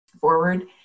forward